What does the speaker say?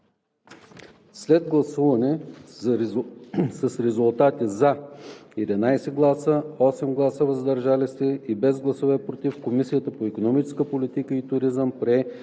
След гласуване с резултати 11 гласа „за“, 8 гласа „въздържал се“ и без гласове „против“ Комисията по икономическа политика и туризъм